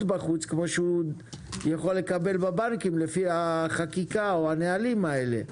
בחוץ כפי שיכול לקבל בבנקים לפי החקיקה או הנהלים האלה.